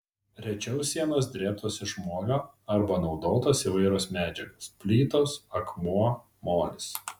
rečiau sienos drėbtos iš molio arba naudotos įvairios medžiagos plytos akmuo molis